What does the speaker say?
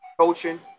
coaching